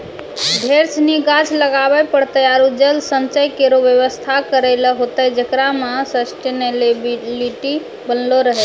ढेर सिनी गाछ लगाबे पड़तै आरु जल संचय केरो व्यवस्था करै ल होतै जेकरा सें सस्टेनेबिलिटी बनलो रहे